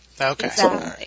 Okay